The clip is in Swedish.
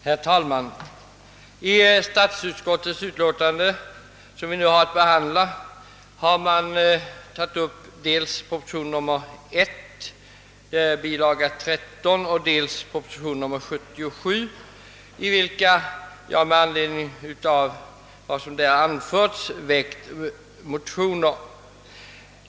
Herr talman! I förevarande statsutskottsutlåtande nr 97 behandlas dels proposition nr 1, bilaga 13, och dels proposition nr 77. I anslutning till vad som i dessa anförts har motioner väckts.